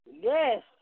Yes